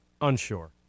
Unsure